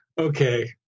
okay